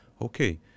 okay